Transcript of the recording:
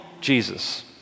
Jesus